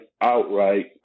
outright